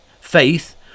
Faith